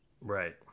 Right